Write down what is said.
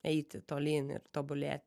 eiti tolyn ir tobulėti